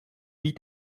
wie